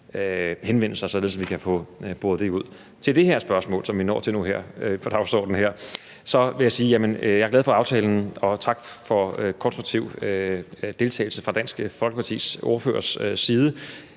henvendelser, således at vi kan få boret det ud. Til det spørgsmål, som vi når til nu her på dagsordenen, vil jeg sige, at jeg er glad for aftalen, og også sige tak for konstruktiv deltagelse fra Dansk Folkepartis ordførers side.